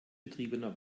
betriebener